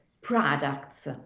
products